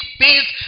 peace